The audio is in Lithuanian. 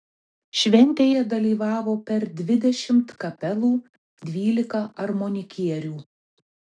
šventėje dalyvavo per dvidešimt kapelų dvylika armonikierių